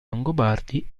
longobardi